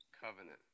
covenant